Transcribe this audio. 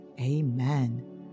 Amen